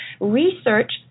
Research